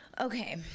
Okay